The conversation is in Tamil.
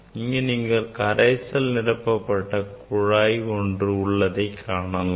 இங்கு நீங்கள் கரைசல் நிரப்பப்பட்ட குழாய் உள்ளதைக் காணலாம்